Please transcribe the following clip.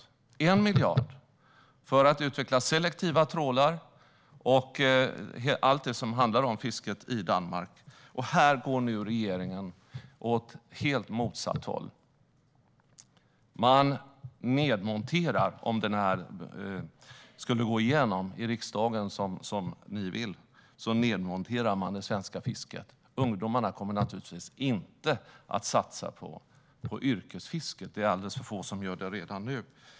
Man satsar 1 miljard på att utveckla selektiva trålar och allt det som handlar om fisket i Danmark. Här går nu regeringen åt helt motsatt håll. Om det som ni vill skulle gå igenom i riksdagen nedmonteras det svenska fisket. Ungdomarna kommer naturligtvis inte att satsa på yrkesfisket. Det är alldeles för få som gör det redan nu.